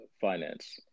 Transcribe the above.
finance